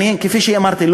כפי שאמרתי,